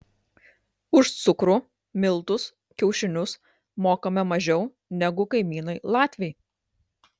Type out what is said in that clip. už cukrų miltus kiaušinius mokame mažiau negu kaimynai latviai